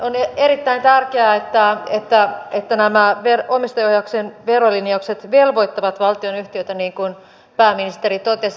on erittäin tärkeää että nämä omistajaohjauksen verolinjaukset velvoittavat valtionyhtiöitä niin kuin pääministeri totesi